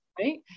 right